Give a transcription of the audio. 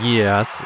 yes